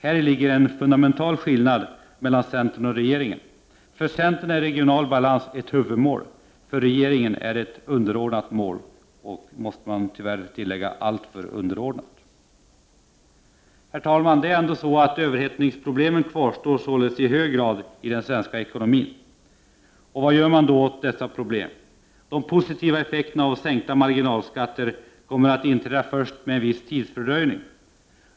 Häri ligger en fundamental skillnad mellan centern och regeringen. För centern är regional balans ett huvudmål, för regeringen är det ett underordnat mål, tyvärr, måste man tillägga, alltför underordnat. Herr talman! Överhettningsproblemen kvarstår således i hög grad i den svenska ekonomin. De positiva effekterna av sänkta marginalskatter kommer att inträda först med en viss tidsfördröjning.